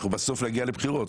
אנחנו בסוף נגיע לבחירות.